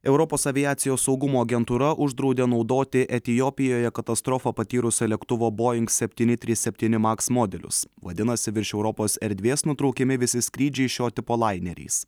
europos aviacijos saugumo agentūra uždraudė naudoti etiopijoje katastrofą patyrusio lėktuvo boing septyni trys septyni maks modelius vadinasi virš europos erdvės nutraukiami visi skrydžiai šio tipo laineriais